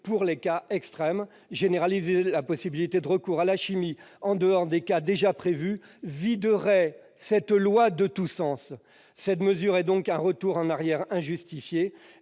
pour les cas extrêmes. Généraliser la possibilité de recours à la chimie en dehors des cas déjà prévus viderait la loi de tout sens. L'article 14 AA constitue donc un retour en arrière injustifié,